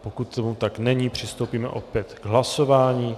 Pokud tomu tak není, přistoupíme opět k hlasování.